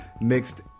mixed